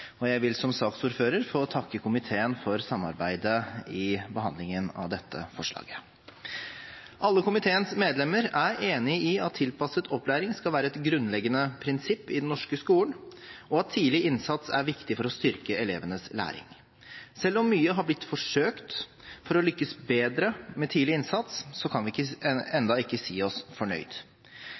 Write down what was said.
og jeg vil som saksordfører få takke komiteen for samarbeidet i behandlingen av dette forslaget. Alle komiteens medlemmer er enig i at tilpasset opplæring skal være et grunnleggende prinsipp i den norske skolen, og at tidlig innsats er viktig for å styrke elevenes læring. Selv om mye har blitt forsøkt for å lykkes bedre med tidlig innsats, kan vi ennå ikke si oss fornøyd.